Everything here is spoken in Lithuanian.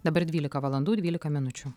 dabar dvylika valandų dvylika minučių